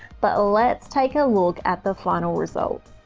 but let's take a look at the final result.